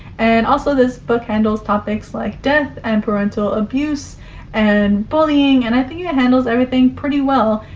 and also, this book handles topics like death and parental abuse and bullying, and i think it handles everything pretty well.